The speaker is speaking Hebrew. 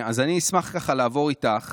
אז אני אשמח ככה לעבור איתך